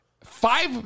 Five